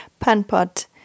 Panpot